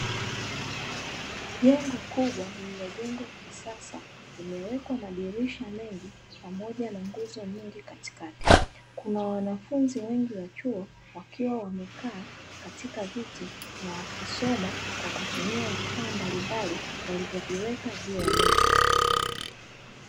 Jengo kubwa lililojengwa kisasa, limewekwa madirisha mengi pamoja na nguzo nyingi katikati. Kuna wanafunzi wengi wa chuo wakiwa wamekaa katika viti na wakisoma kwa kutumia vifaa mbalimbali walivyoviweka juu ya meza.